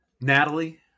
Natalie